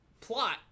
plot